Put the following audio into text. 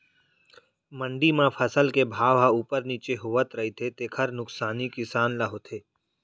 मंडी म फसल के भाव ह उप्पर नीचे होवत रहिथे तेखर नुकसानी किसान ल होथे